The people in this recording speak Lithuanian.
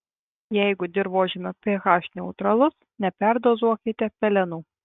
jeigu dirvožemio ph neutralus neperdozuokite pelenų